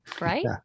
Right